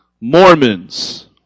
Mormons